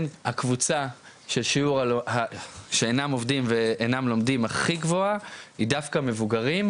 הקבוצה ששיעור שאינם עובדים ואינם לומדים הכי גבוהה היא דווקא מבוגרים,